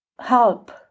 help